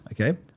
okay